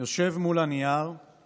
"יושב מול הנייר /